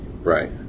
Right